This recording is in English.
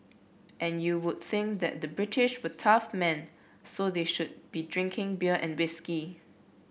and you would think that the British were tough men so they should be drinking beer and whisky